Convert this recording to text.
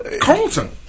Colton